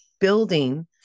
building